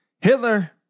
Hitler